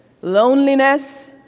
loneliness